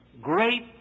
great